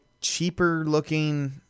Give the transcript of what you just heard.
cheaper-looking